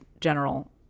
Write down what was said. general